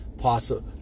Possible